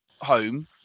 home